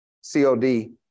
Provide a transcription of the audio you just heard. COD